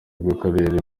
bw’akarere